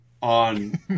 on